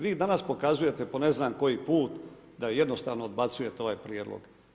Vi i danas pokazujete po ne znam koji put da jednostavno odbacujete ovaj prijedlog.